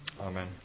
Amen